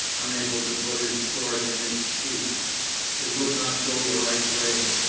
unable to put his sword in its sheath it would not go the right way.